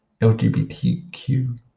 LGBTQ